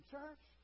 church